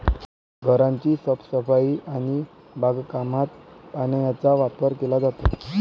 घराची साफसफाई आणि बागकामात पाण्याचा वापर केला जातो